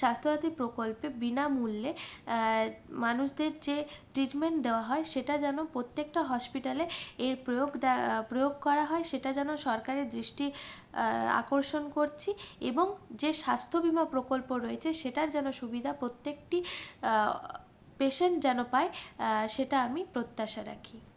স্বাস্থ্যসাথী প্রকল্পে বিনামূল্যে মানুষদের যে ট্রিটমেন্ট দেওয়া হয় সেটা যেন প্রত্যেকটা হসপিটালে এর প্রয়োগ প্রয়োগ করা হয় সেটা যেন সরকারের দৃষ্টি আকর্ষণ করছি এবং যে স্বাস্থ্য বিমা প্রকল্প রয়েছে সেটার যেন সুবিধা প্রত্যেকটি পেশেন্ট যেন পায় সেটা আমি প্রত্যাশা রাখি